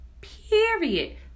Period